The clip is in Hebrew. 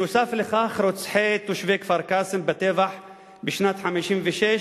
נוסף על כך רוצחי תושבי כפר-קאסם בטבח בשנת 1956,